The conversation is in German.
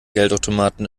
geldautomaten